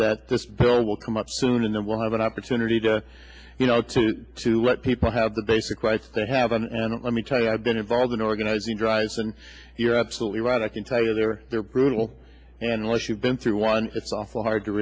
that this bill will come up soon and then we'll have an opportunity to you know to to let people have the basic rights they have and let me tell you i've been involved in organizing drives and you're absolutely right i can tell you they were their brutal and once you've been through one it's awfully hard to